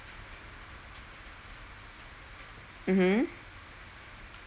mmhmm